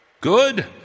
Good